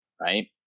right